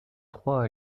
trois